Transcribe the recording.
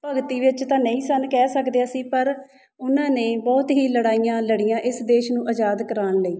ਭਗਤੀ ਵਿੱਚ ਤਾਂ ਨਹੀਂ ਸਨ ਕਹਿ ਸਕਦੇ ਅਸੀਂ ਪਰ ਉਹਨਾਂ ਨੇ ਬਹੁਤ ਹੀ ਲੜਾਈਆਂ ਲੜੀਆਂ ਇਸ ਦੇਸ਼ ਨੂੰ ਆਜ਼ਾਦ ਕਰਵਾਉਣ ਲਈ